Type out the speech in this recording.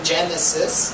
Genesis